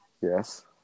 Yes